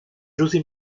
josé